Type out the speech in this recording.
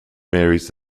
marys